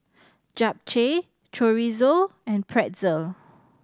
Japchae Chorizo and Pretzel